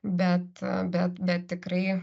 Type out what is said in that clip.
bet bet bet tikrai